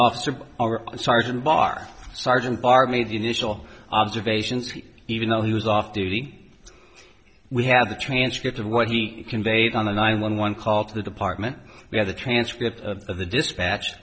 officer or sergeant bar sergeant bart made the initial observation even though he was off duty we have the transcript of what he conveyed on the nine one one call to the department we have a transcript of the dispatch